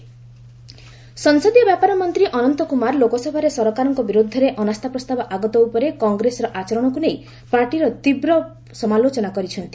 ଅନନ୍ତ କଂଗ୍ରେସ ସଂସଦୀୟ ବ୍ୟାପାର ମନ୍ତ୍ରୀ ଅନନ୍ତ କୃମାର ଲୋକସଭାରେ ସରକାରଙ୍କ ବିରୁଦ୍ଧରେ ଅନାସ୍ଥା ପ୍ରସ୍ତାବ ଆଗତ ଉପରେ କଂଗ୍ରେସର ଆଚରଣକୁ ନେଇ ପାର୍ଟିର ତୀବ୍ର ସମାଲୋଚନା କରିଛନ୍ତି